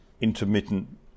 intermittent